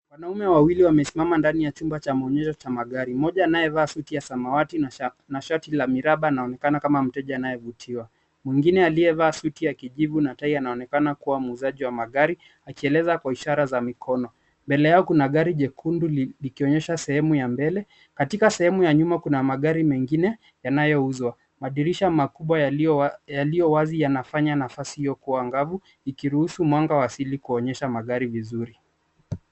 Wanaume wawili wamesimama ndani ya chumba cha maonyesho cha magari. Mmoja amayevaa suti ya samawati na shati la miraba anaonekana kama mteja anayevutiwa. Mwingine aliyevaa suti ya kijivu na tai anaonekana kuwa muuzaji wa magari akieleza Kwa ishara za mikono. Mbele yao kuna gari jekundu likionyesha sehemu ya mbele. Katika sehemu ya nyuma kuna magari mengine yanayouzwa. Madirisha makubwa yaliyowazi yanafanya nafasi hiyo kuwa angavu ikiruhusu mwanga wa asili kuonyesha magari vizuri.